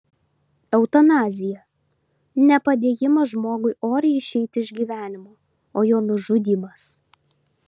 eutanazija ne padėjimas žmogui oriai išeiti iš gyvenimo o jo nužudymas